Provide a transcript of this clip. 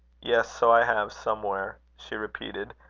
yes, so i have, somewhere, she repeated,